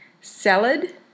salad